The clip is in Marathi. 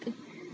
ठीक आहे